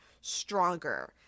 stronger